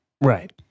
Right